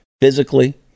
physically